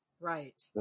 Right